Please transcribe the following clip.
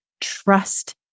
trust